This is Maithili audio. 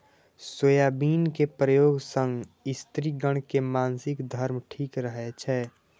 सोयाबिन के प्रयोग सं स्त्रिगण के मासिक धर्म ठीक रहै छै